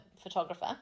photographer